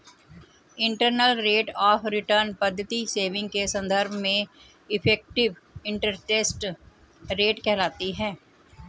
internal rate of return पद्धति saving के संदर्भ में इफेक्टिव इंटरेस्ट रेट कहलाती है